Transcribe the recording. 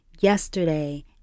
yesterday